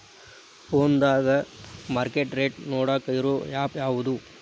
ಫೋನದಾಗ market rate ನೋಡಾಕ್ ಇರು ಆ್ಯಪ್ ಯಾವದು?